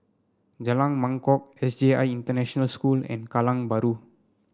Jalan Mangkok S J I International School and Kallang Bahru